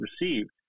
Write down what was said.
received